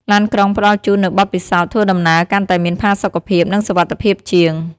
ឡានក្រុងផ្តល់ជូននូវបទពិសោធន៍ធ្វើដំណើរកាន់តែមានផាសុកភាពនិងសុវត្ថិភាពជាង។